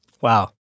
Wow